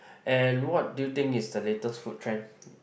and what do you think is the latest food trend